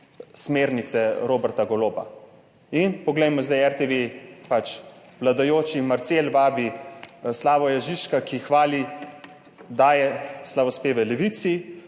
smernice Roberta Goloba. In poglejmo zdaj RTV. Vladajoči Marcel vabi Slavoja Žižka, ki hvali, daje slavospeve Levici.